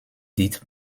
dites